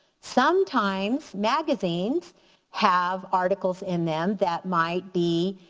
sometimes magazines have articles in them that might be